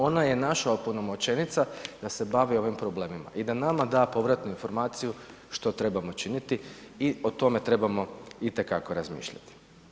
Ona je naša opunomoćenica da se bavi ovim problemima i da nama da povratnu informaciju što trebamo činiti i o tome trebamo itekako razmišljati.